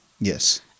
Yes